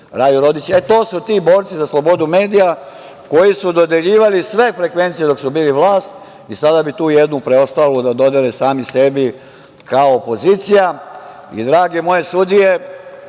Raju Rodića. To su ti borci za slobodu medija koji su dodeljivali sve frekvencije dok su bili vlast i sada bi tu jednu, preostalu da dodele sami sebi, kao opozicija. Drage moje sudije,